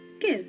Give